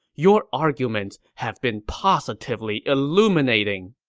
your arguments have been positively illuminating!